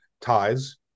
ties –